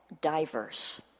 diverse